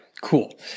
cool